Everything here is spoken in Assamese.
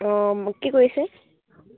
অঁ মোক কি কৰিছে